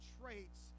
traits